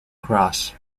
cross